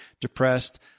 depressed